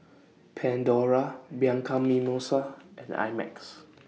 Pandora Bianco Mimosa and I Max